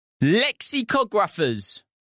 Lexicographers